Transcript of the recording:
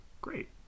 Great